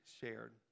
shared